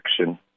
action